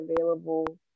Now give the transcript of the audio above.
available